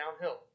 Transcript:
downhill